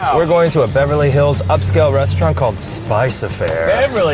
we're going to a beverly hills upscale restaurant called spice affair. beverly